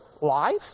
life